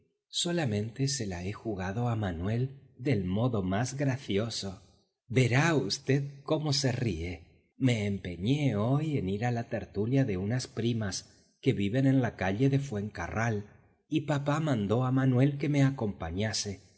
solamente se la he jugado a manuel del modo más gracioso verá v cómo se ríe me empeñé hoy en ir a la tertulia de unas primas que viven en la calle de fuencarral y papá mandó a manuel que me acompañase